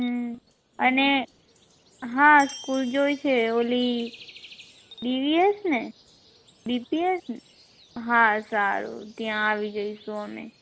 હમ અને હા સ્કૂલ જોઈ છે ઓલી ડીવીએસ ને ડીપીએસ ને હા સારું ત્યાં આવી જઈશું અમે